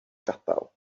gadael